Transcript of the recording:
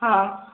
हा